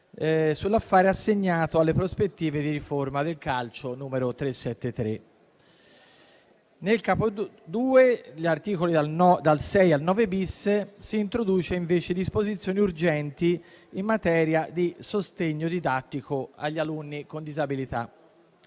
sull'affare assegnato sulle prospettive di riforma del calcio (Atto n. 373). Nel capo II, articoli dal 6 al 9-*bis*, si introducono disposizioni urgenti in materia di sostegno didattico agli alunni con disabilità.